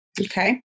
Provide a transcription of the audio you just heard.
Okay